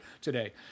today